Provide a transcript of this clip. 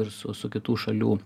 ir su su kitų šalių